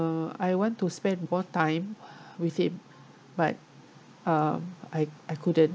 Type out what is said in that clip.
I want to spend more time with him but um I I couldn't